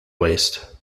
waste